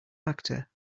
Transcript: factor